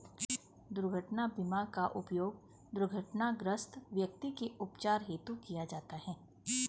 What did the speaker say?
दुर्घटना बीमा का उपयोग दुर्घटनाग्रस्त व्यक्ति के उपचार हेतु किया जाता है